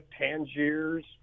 Tangiers